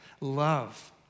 Love